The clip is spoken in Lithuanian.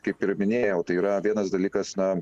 kaip ir minėjau tai yra vienas dalykas na